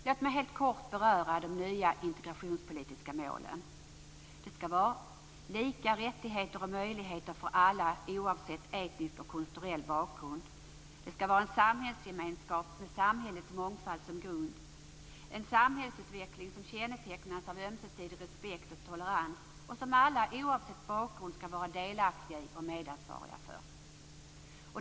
Låt mig helt kort beröra de nya integrationspolitiska målen. De är: En samhällsgemenskap med samhällets mångfald som grund. En samhällsutveckling som kännetecknas av ömsesidig respekt och tolerans och som alla oavsett bakgrund skall vara delaktiga i och medansvariga för.